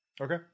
Okay